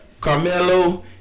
Carmelo